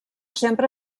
sempre